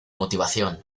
motivación